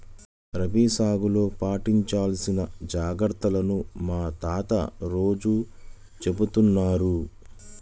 రబీ సాగులో పాటించాల్సిన జాగర్తలను మా తాత రోజూ చెబుతున్నారు